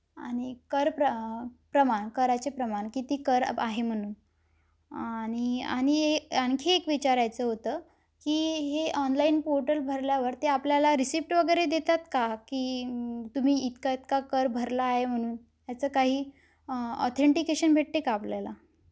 आणि कर प्र प्रमाण कराचे प्रमाण कीती कर अ आहे म्हणून आणि आणि ये आणखी एक विचारायचं होतं की हे ऑनलाईन पोर्टल भरल्यावर ते आपल्याला रिसिप्ट वगैरे देतात का की तुम्ही इतका इतका कर भरला आहे म्हणून याचं काही ऑथेंटिकेशन भेटते का आपल्याला